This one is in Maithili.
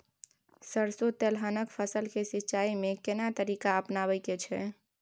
सरसो तेलहनक फसल के सिंचाई में केना तरीका अपनाबे के छै?